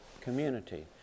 community